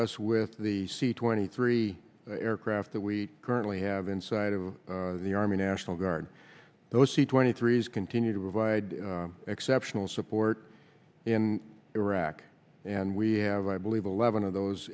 us with the c twenty three aircraft that we currently have inside of the army national guard those c twenty three is continue to provide exceptional support in iraq and we have i believe eleven of those